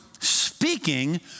speaking